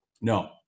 no